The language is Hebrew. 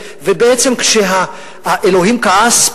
וכשהאלוהים כעס,